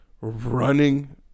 running